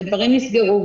ודברים נסגרו,